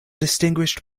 distinguished